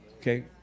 Okay